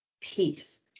Peace